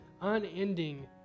unending